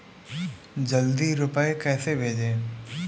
जल्दी रूपए कैसे भेजें?